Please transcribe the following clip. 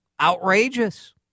outrageous